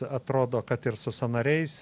atrodo kad ir su sąnariais